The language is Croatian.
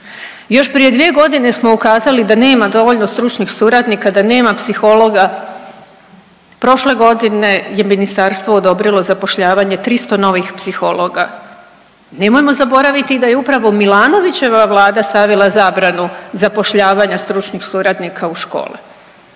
Još prije dvije godine smo ukazali da nema dovoljno stručnih suradnika da nema psihologa. Prošle godine je ministarstvo odobrilo zapošljavanje 300 novih psihologa. Nemojmo zaboraviti da je upravo Milanovićeva vlada stavila zabranu zapošljavanja stručnih suradnika u škole.